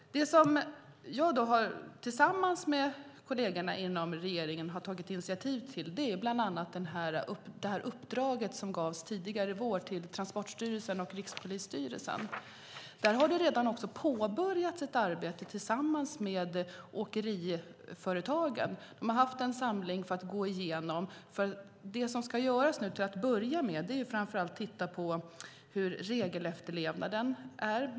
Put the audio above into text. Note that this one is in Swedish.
Det som jag tillsammans med kollegerna inom regeringen har tagit initiativ till är bland annat det uppdrag som tidigare i år gavs till Transportstyrelsen och Rikspolisstyrelsen. Där har det redan påbörjats ett arbete tillsammans med Åkeriföretagen. De har haft en samling för att gå igenom det som ska göras. Till att börja med är det att framför allt titta närmare på regelefterlevnaden.